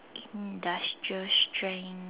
industrial strength